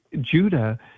Judah